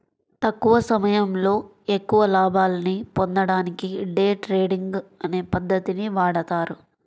తక్కువ సమయంలో ఎక్కువ లాభాల్ని పొందడానికి డే ట్రేడింగ్ అనే పద్ధతిని వాడతారు